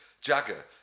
Jagger